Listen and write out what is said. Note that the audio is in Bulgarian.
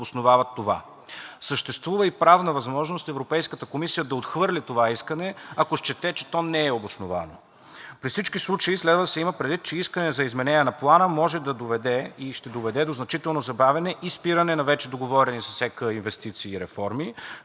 обосновават това. Съществува и правна възможност Европейската комисия да отхвърли това искане, ако счете, че то не е обосновано. При всички случаи следва да се има предвид, че искане за изменение на Плана може да доведе, и ще доведе, до значително забавяне и спиране на вече договорени с Европейската комисия инвестиции и реформи,